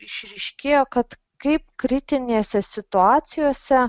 išryškėjo kad kaip kritinėse situacijose